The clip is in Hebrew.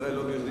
כנראה לא בכדי,